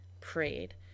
prayed